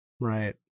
right